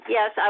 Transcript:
Yes